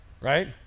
right